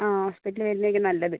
ആ ഹോസ്പിറ്റലിൽ വരുന്നതായിരിക്കും നല്ലത്